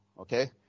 okay